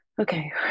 Okay